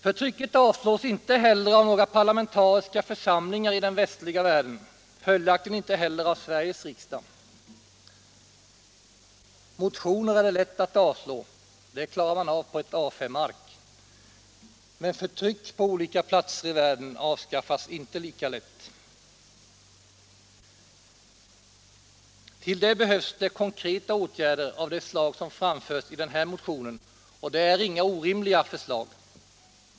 Förtrycket avslås inte heller av några parlamentariska församlingar i den västliga världen, följaktligen inte heller av Sveriges riksdag. Motioner är det lätt att avslå, det klarar man av på ett A S-ark, men förtryck på olika platser i världen avskaffas inte lika lätt. Till det behövs konkreta åtgärder av det slag som föreslås i den här motionen. Och det är inga orimliga förslag!